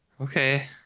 Okay